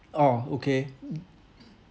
ah okay